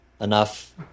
enough